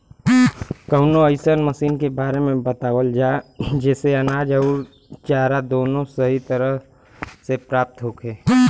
कवनो अइसन मशीन के बारे में बतावल जा जेसे अनाज अउर चारा दोनों सही तरह से प्राप्त होखे?